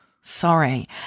Sorry